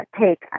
Take